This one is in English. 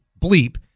bleep